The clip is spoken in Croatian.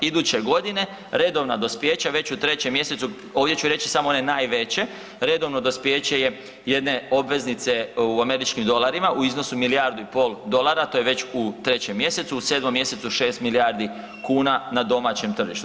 Iduće godine redovna dospijeća već u 3. mjesecu, ovdje ću reći, samo one najveće, redovno dospijeće je jedne obveznice u američkim dolarima u iznosu milijardu i pol dolara, to je već u 3. mjesecu, u 7. mjesecu 6 milijardi kuna na domaćem tržištu.